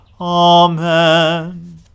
Amen